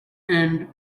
and